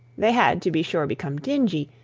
they had, to be sure, become dingy,